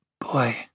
boy